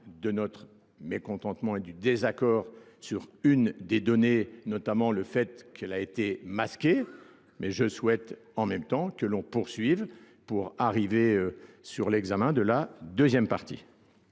de notre mécontentement et du désaccord sur une des données, notamment le fait qu'elle a été masquée, mais je souhaite en même temps que l'on poursuive pour arriver sur l'examen de la deuxième partie.